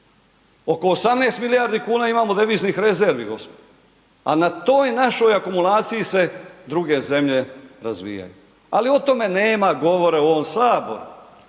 Oko 18 milijardi kuna imamo deviznih rezervi gospodo, a na toj našoj akumulaciji se druge zemlje razvijaju, ali o tome nema govora u ovom HS